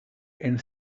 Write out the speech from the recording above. and